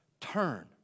turn